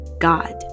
God